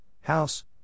house